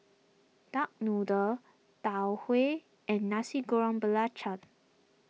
Duck Noodle Tau Huay and Nasi Goreng Belacan